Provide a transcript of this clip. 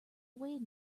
wading